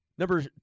Number